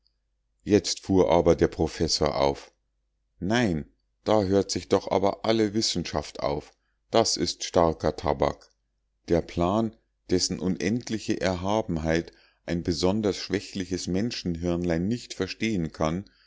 jetzt fuhr aber der professor auf nein da hört sich doch aber alle wissenschaft auf das ist starker tabak der plan dessen unendliche erhabenheit ein besonders schwächliches menschenhirnlein nicht verstehen kann